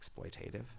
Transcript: Exploitative